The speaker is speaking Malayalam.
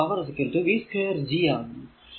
അതായതു പവർ v2 G ആകുന്നു